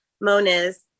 Moniz